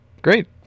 Great